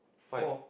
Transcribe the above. five